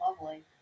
Lovely